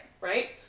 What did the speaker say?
Right